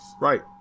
Right